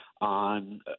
on